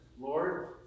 Lord